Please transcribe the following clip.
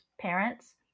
parents